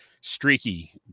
streaky